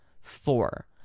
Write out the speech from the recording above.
Four